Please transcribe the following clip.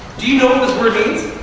do you know what this word means?